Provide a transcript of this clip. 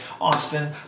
Austin